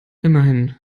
immerhin